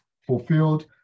fulfilled